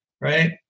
right